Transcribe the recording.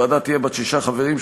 הוועדה תהיה בת שישה חברים,